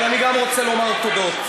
אבל אני גם רוצה לומר תודות.